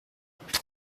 مقاومت